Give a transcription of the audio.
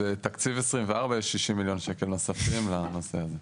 תקציב 2024 יש 60 מיליון שקל נוספים לנושא הזה.